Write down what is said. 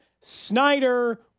Snyder